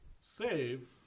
save